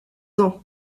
ans